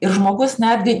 ir žmogus netgi